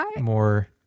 more